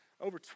over